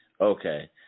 Okay